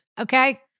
okay